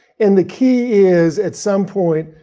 and the key is, at some point,